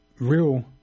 real